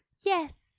Yes